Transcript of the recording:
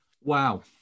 Wow